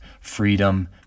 freedom